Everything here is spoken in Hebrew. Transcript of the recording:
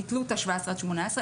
ביטלו את ה-17 עד 18,